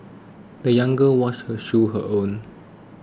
the young girl washed her shoes her own